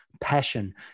passion